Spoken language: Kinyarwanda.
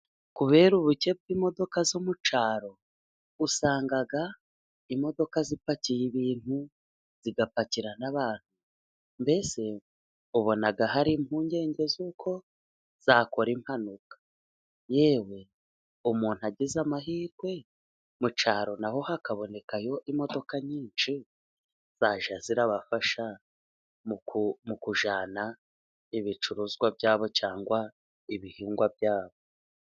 Kubera ubuke bw'imodoka zo mu cyaro usanga imodoka zipakiye y'ibintu, zigapakira n'abantu, mbese ubona hari impungenge z'uko zakora impanuka. Yewe umuntu agize amahirwe mu cyaro naho hakabonekayo imodoka nyinshi zajya zibafasha mu kujyana ibicuruzwa byabo cyangwa ibihingwa byabo.